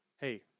hey